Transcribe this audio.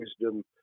wisdom